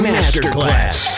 Masterclass